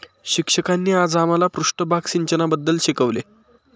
शिक्षकांनी आज आम्हाला पृष्ठभाग सिंचनाबद्दल शिकवले